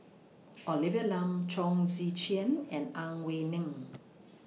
Olivia Lum Chong Tze Chien and Ang Wei Neng